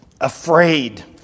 afraid